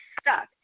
stuck